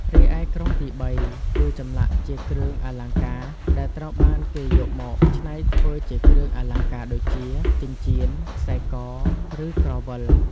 រីឯ ក្រុមទីបីគឺចម្លាក់ជាគ្រឿងអលង្ការ ដែលត្រូវបានគេយកមកច្នៃធ្វើជាគ្រឿងអលង្ការដូចជា ចិញ្ចៀន ខ្សែក ឬក្រវិល។